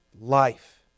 life